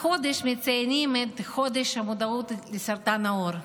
החודש מציינים את חודש המודעות לסרטן העור.